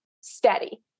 steady